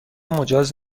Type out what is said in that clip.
مجاز